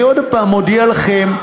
אני עוד הפעם מודיע לכם,